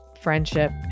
friendship